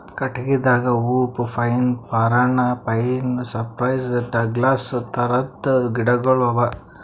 ಕಟ್ಟಗಿದಾಗ hoop pine, Parana pine, cypress, Douglas ಥರದ್ ಗಿಡಗೋಳು ಅವಾ